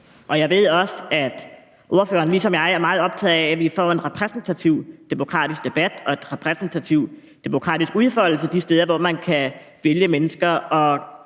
Jeg ved også, at ordføreren ligesom jeg er meget optaget af, at vi får en repræsentativ demokratisk debat og en repræsentativ demokratisk udfoldelse de steder, hvor man kan vælge mennesker.